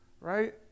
Right